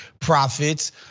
profits